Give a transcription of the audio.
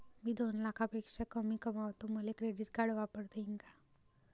मी दोन लाखापेक्षा कमी कमावतो, मले क्रेडिट कार्ड वापरता येईन का?